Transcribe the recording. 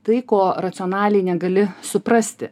tai ko racionaliai negali suprasti